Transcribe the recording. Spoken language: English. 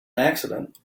accident